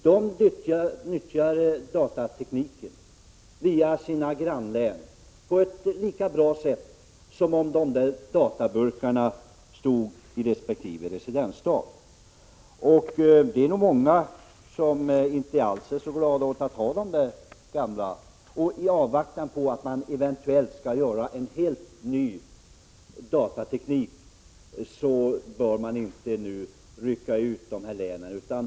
De nyttjar datatekniken via sina grannlän på ett lika bra sätt som om databurkarna stod hos länsstyrelserna i resp. residensstad. På många länsstyrelser är man säkert inte så glad åt att ha den här gamla utrustningen. Men i avvaktan på att en helt ny datateknik eventuellt skall införas bör man inte nu ”rycka ut” de här tre länen.